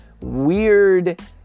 weird